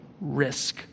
risk